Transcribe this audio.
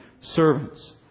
Servants